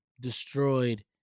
destroyed